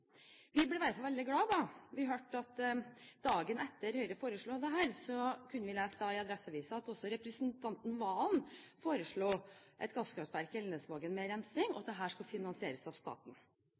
Vi ble i hvert fall veldig glade da vi dagen etter at Høyre foreslo dette, kunne lese i Adresseavisa at representanten Serigstad Valen foreslo et gasskraftverk i Elnesvågen med rensing, og at dette skulle finansieres av staten.